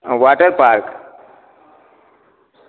water park